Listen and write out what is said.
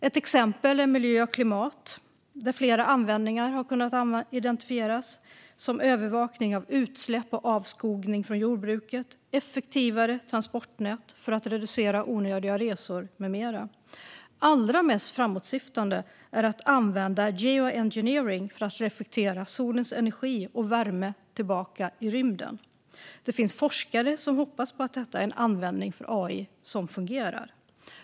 Ett exempel är miljö och klimat, där flera användningar har kunnat identifieras, till exempel övervakning av utsläpp och avskogning från jordbruket, effektivare transportnät för att reducera onödiga resor med mera. Allra mest framåtsyftande är att använda geoengineering för att reflektera solens energi och värme tillbaka ut i rymden. Det finns forskare som hoppas på att detta är en användning av AI som fungerar.